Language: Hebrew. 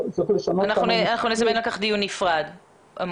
אנחנו נזמן על כך דיון נפרד.